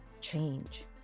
change